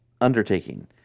undertaking